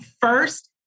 First